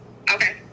Okay